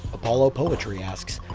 apollopoetry asks,